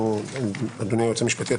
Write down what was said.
אדוני היועץ המשפטי,